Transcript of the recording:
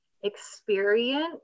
experience